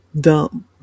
dumb